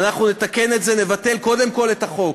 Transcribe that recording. ואנחנו נתקן את זה: נבטל קודם כול את החוק,